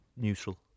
Neutral